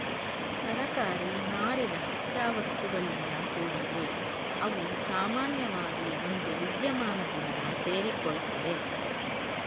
ತರಕಾರಿ ನಾರಿನ ಕಚ್ಚಾವಸ್ತುಗಳಿಂದ ಕೂಡಿದೆ ಅವುಸಾಮಾನ್ಯವಾಗಿ ಒಂದುವಿದ್ಯಮಾನದಿಂದ ಸೇರಿಕೊಳ್ಳುತ್ವೆ